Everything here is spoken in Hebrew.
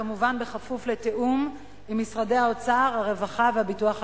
כמובן בכפוף לתיאום עם משרדי האוצר והרווחה והביטוח הלאומי.